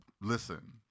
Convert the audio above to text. listen